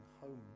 home